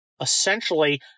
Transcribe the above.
essentially